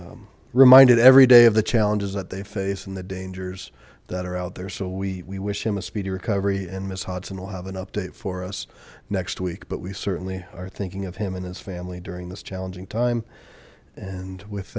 are reminded every day of the challenges that they face and the dangers that are out there so we we wish him a speedy recovery and miss hudson will have an update for us next week but we certainly are thinking of him and his family during this challenging time and with